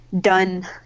done